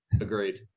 agreed